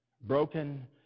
broken